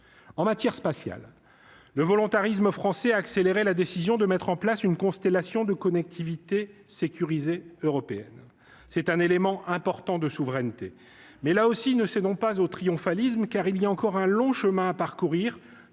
en matière spatiale, le volontarisme français accélérer la décision de mettre en place une constellation de connectivité sécurisée européenne, c'est un élément important de souveraineté, mais là aussi, ne sais non pas au triomphalisme, car il y a encore un long chemin à parcourir,